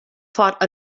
fought